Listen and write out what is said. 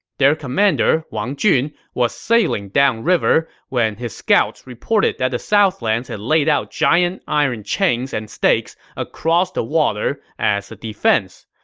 their commander, wang jun, was sailing down river when his scouts reported that the southlands had laid out giant iron chains and stakes across the water as a defense.